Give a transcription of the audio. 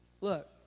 Look